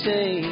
Say